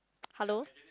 hello